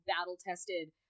battle-tested